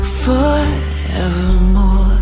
forevermore